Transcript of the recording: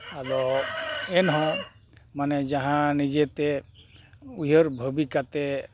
ᱟᱫᱚ ᱮᱱᱦᱚᱸ ᱢᱟᱱᱮ ᱡᱟᱦᱟᱸ ᱱᱤᱡᱮᱛᱮ ᱩᱭᱦᱟᱹᱨ ᱵᱷᱟᱹᱵᱤ ᱠᱟᱛᱮᱫ